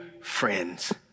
friends